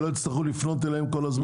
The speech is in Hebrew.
כדי שלא יצטרכו לפנות אליהם כל הזמן?